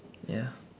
ya